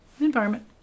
environment